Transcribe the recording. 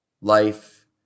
life